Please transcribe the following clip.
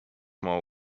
more